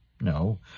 No